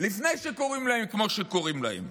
לפני שקוראים להם כמו שקוראים להם.